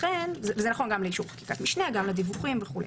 זה נכון גם לאישור חקיקת משנה, גם לדיווחים וכולי.